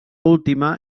última